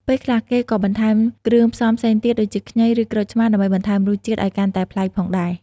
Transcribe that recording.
ពេលខ្លះ គេក៏បន្ថែមគ្រឿងផ្សំផ្សេងទៀតដូចជាខ្ញី ឬក្រូចឆ្មារដើម្បីបន្ថែមរសជាតិឲ្យកាន់តែប្លែកផងដែរ។